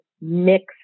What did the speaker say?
mix